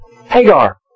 Hagar